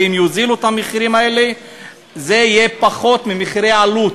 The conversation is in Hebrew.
ואם יורידו את המחירים האלה זה יהיה פחות ממחירי עלות.